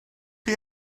chi